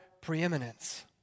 preeminence